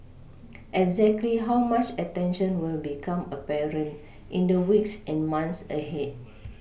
exactly how much attention will become apparent in the weeks and months ahead